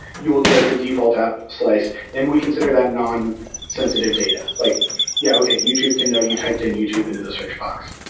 you will get the default app slice and we consider that and um non-sensitive sort of data. like yeah, okay, youtube can know you typed in youtube into the search box.